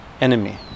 enemy